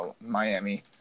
Miami